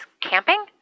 camping